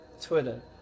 Twitter